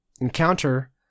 encounter